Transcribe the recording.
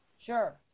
Sure